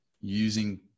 using